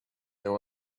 there